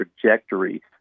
trajectory